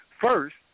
first